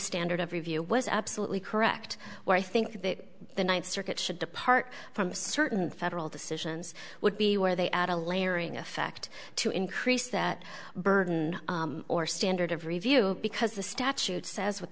standard of review was absolutely correct where i think that the ninth circuit should depart from certain federal decisions would be where they add a layer in effect to increase that burden or standard of review because the statute says what